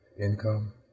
income